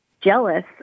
jealous